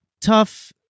tough